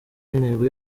n’intego